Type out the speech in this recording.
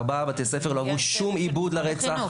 ארבעה בתי ספר לא עברו שום עיבוד לרצח,